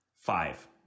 Five